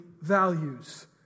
values